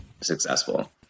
successful